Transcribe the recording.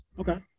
Okay